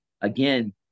again